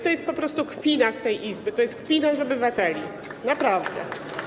To jest po prostu kpina z tej Izby, to jest kpina z obywateli, naprawdę.